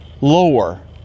lower